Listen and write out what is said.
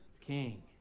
king